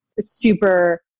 super